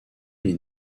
est